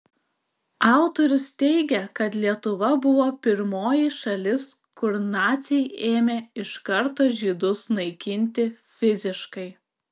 autorius teigia kad lietuva buvo pirmoji šalis kur naciai ėmė iš karto žydus naikinti fiziškai